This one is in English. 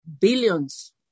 billions